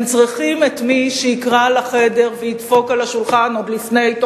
הם צריכים את מי שיקרא לחדר וידפוק על השולחן עוד לפני,